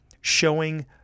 showing